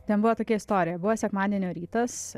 ten buvo tokia istorija buvo sekmadienio rytas